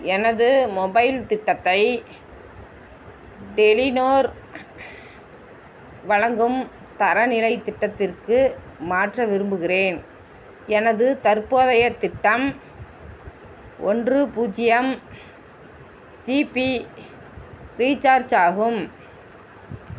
எனது மொபைல் திட்டத்தை டெலிநோர் வழங்கும் தரநிலை திட்டத்திற்கு மாற்ற விரும்புகிறேன் எனது தற்போதைய திட்டம் ஒன்று பூஜ்ஜியம் ஜிபி ரீசார்ஜ் ஆகும்